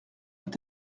avec